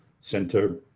center